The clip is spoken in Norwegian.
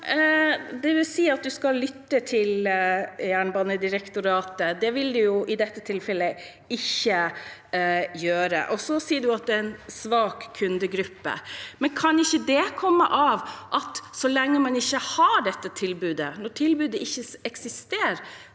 Det vil si at statsråd- en skal lytte til Jernbanedirektoratet, og det vil han i dette tilfellet ikke gjøre. Så sier statsråden at det er en smal kundegruppe. Kan ikke det komme av at så lenge man ikke har dette tilbudet – at tilbudet ikke eksisterer